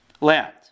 land